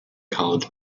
college